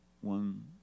one